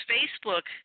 Facebook